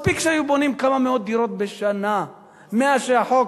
מספיק שהיו בונים כמה מאות דירות בשנה מאז שהופעל החוק